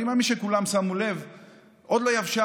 אני מאמין שכולם שמו לב: עוד לא יבשה